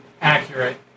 Accurate